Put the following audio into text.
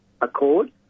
Accord